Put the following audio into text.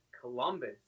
Columbus